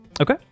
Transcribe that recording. Okay